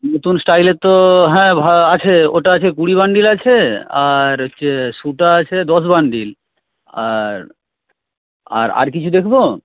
নতুন স্টাইলের তো হ্যাঁ আছে ওটা আছে কুড়ি বান্ডিল আছে আর হচ্ছে শু টা আছে দশ বান্ডিল আর আর কিছু দেখবো